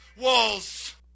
walls